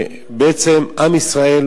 בעצם כמעט כל עם ישראל,